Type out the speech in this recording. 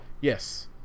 Yes